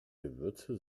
gewürze